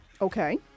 Okay